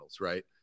right